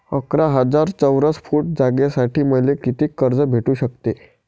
अकरा हजार चौरस फुट जागेसाठी मले कितीक कर्ज भेटू शकते?